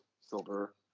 silver